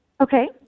Okay